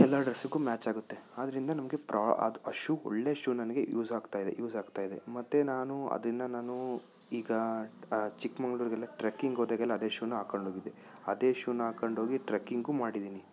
ಎಲ್ಲ ಡ್ರೆಸ್ಗು ಮ್ಯಾಚ್ ಆಗುತ್ತೆ ಆದರಿಂದ ನಮಗೆ ಪ್ರಾ ಆ ಶೂ ಒಳ್ಳೆ ಶೂ ನನಗೆ ಯೂಸ್ ಆಗ್ತಾ ಇದೆ ಯೂಸ್ ಆಗ್ತಾ ಇದೆ ಮತ್ತೆ ನಾನು ಅದನ್ನು ನಾನು ಈಗ ಚಿಕ್ಮಂಗ್ಳೂರ್ಗೆಲ್ಲ ಟ್ರೆಕ್ಕಿಂಗ್ ಹೋದಾಗೆಲ್ಲ ಅದೇ ಶೂನ ಹಾಕ್ಕೊಂಡು ಹೋಗಿದ್ದೆ ಅದೇ ಶೂನ ಹಾಕ್ಕೊಂಡು ಹೋಗಿ ಟ್ರೆಕ್ಕಿಂಗೂ ಮಾಡಿದ್ದೀನಿ